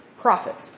profits